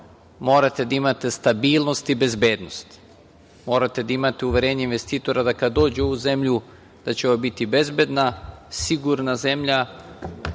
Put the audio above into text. morate da imate stabilnost i bezbednost, morate da imate uverenje investitora da kada dođe u ovu zemlju da će ona biti bezbedna, sigurna zemlja